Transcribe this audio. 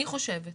אני חושבת,